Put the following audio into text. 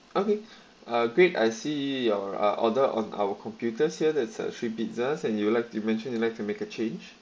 okay uh great I see your uh order on our computers here there's a three pizzas and you like to mention you'd like to make a change